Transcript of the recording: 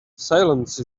silence